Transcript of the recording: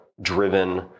driven